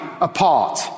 apart